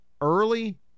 early